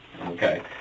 Okay